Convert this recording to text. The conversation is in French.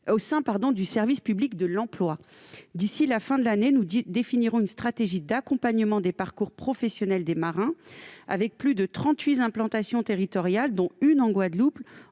au sein du service public de l'emploi. D'ici à la fin de l'année, nous définirons une stratégie d'accompagnement des parcours professionnels des marins. Avec plus de trente-huit implantations territoriales, dont une en Guadeloupe,